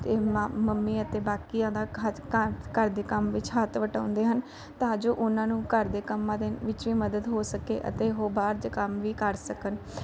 ਅਤੇ ਮਾਂ ਮੰਮੀ ਅਤੇ ਬਾਕੀਆਂ ਦਾ ਖਚ ਘਰ ਘਰ ਦੇ ਕੰਮ ਵਿੱਚ ਹੱਥ ਵਟਾਉਂਦੇ ਹਨ ਤਾਂ ਜੋ ਉਹਨਾਂ ਨੂੰ ਘਰ ਦੇ ਕੰਮਾਂ ਦੇ ਵਿੱਚ ਵੀ ਮਦਦ ਹੋ ਸਕੇ ਅਤੇ ਉਹ ਬਾਹਰ ਦੇ ਕੰਮ ਵੀ ਕਰ ਸਕਣ